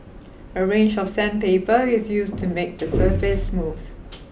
a range of sandpaper is used to make the surface smooth